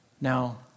Now